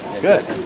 Good